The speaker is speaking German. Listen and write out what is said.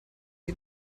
sie